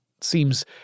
seems